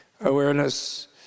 awareness